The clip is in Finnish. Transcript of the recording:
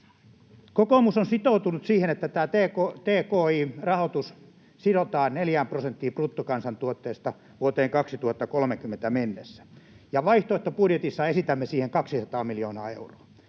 Kokoomus on sitoutunut siihen, että tämä tki-rahoitus sidotaan neljään prosenttiin bruttokansantuotteesta vuoteen 2030 mennessä, ja vaihtoehtobudjetissa esitämme siihen 200 miljoonaa euroa.